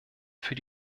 für